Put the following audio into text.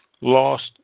Lost